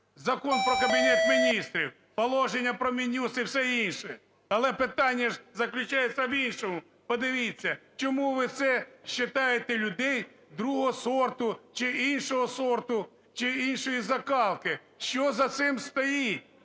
Закон про Кабінет Міністрів, Положення про Мін'юст і все інше. Але питання ж заключається в іншому. Подивіться, чому ви все считаете людей другого сорту чи іншого сорту, чи іншої закалки? Що за цим стоїть?